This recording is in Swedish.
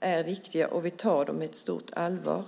är viktiga och att vi tar dem på stort allvar.